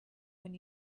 when